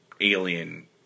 alien